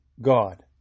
God